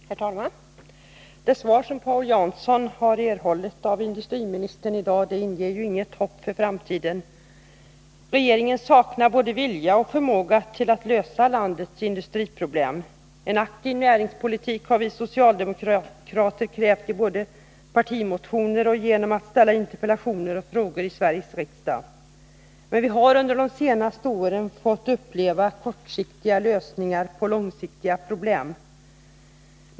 Herr talman! Det svar som Paul Jansson i dag har erhållit av industriministern inger inget hopp för framtiden. Regeringen saknar både vilja och förmåga att lösa landets industriproblem. En aktiv näringspolitik har vi socialdemokrater krävt både i partimotioner och i interpellationer och frågor i Sveriges riksdag. Men vi har under de senaste åren fått uppleva kortsiktiga lösningar på långsiktiga problem.